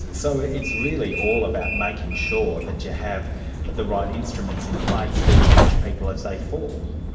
so it's really all about making sure that you have the right instruments in place to catch people as they fall?